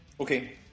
Okay